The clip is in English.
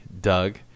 Doug